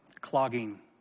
clogging